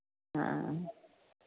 ആ